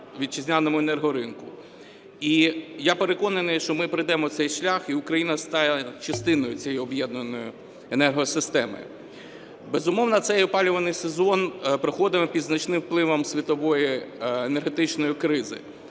вітчизняному ринку. І я переконаний, що ми пройдемо цей шлях і Україна стане частиною цієї об'єднаної енергосистеми. Безумовно, цей опалювальний сезон проходимо під значним впливом світової енергетичної кризи.